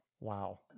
Wow